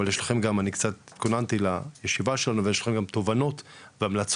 אני קצת התכוננתי לישיבה שלנו ויש לכם גם תובנות והמלצות,